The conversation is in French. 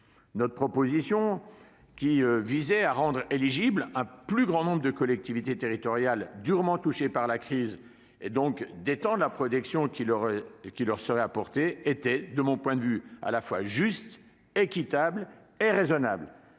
Notre proposition, qui visait à rendre éligibles un plus grand nombre de collectivités territoriales durement touchées par la crise, donc à étendre la protection qui leur serait apportée, était à mon sens à la fois juste, équitable et raisonnable.